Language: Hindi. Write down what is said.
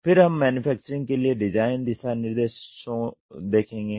फिर हम मैन्युफैक्चरिंग के लिए डिजाइन दिशा निर्देशों देखेंगे